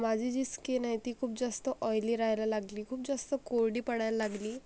माझी जी स्किन आहे ती खूप जास्त ऑईली रहायला लागली खूप जास्त कोरडी पडायला लागली